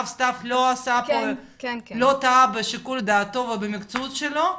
סתיו לא טעה בשיקול דעתו ובמקצועיות שלו,